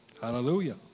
Hallelujah